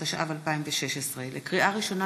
התשע"ו 2016. לקריאה ראשונה,